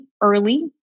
early